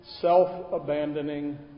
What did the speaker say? self-abandoning